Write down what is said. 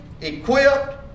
equipped